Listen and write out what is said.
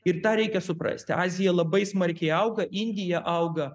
ir tą reikia suprasti azija labai smarkiai auga indija auga